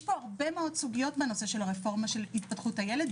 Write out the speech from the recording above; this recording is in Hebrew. יש פה הרבה מאוד סוגיות בנושא של הרפורמה של התפתחות הילד,